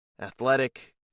athletic